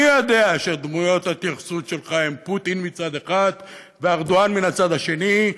אני יודע שדמויות ההתייחסות שלך הן פוטין מצד אחד וארדואן מהצד השני,